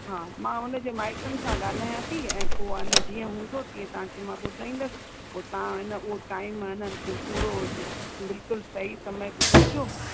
हा मां हुनजे माइटनि सां ॻाल्हायां थी ऐं पोइ अइन जीअं हूंदो तीअं तव्हांखे मां ॿुधाईंदसि पोइ तव्हां अइन उहो टाइम अइन पूरो बिल्कुलु सही समय ॿुधाइजो